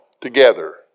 together